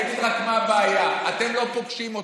אני אגיד רק מה הבעיה: אתם לא פוגשים אותם.